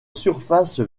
surface